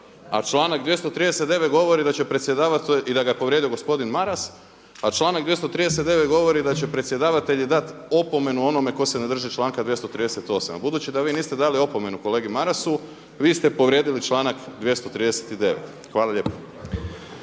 a članak 239. govori da će predsjedavati i da ga je povrijedio gospodin Maras. A članak 239. govori da će predsjedavatelji dati opomenu onome tko se ne drži članka 238. Budući da vi niste dali opomenu kolegi Marasu vi ste povrijedili članak 239. Hvala lijepo.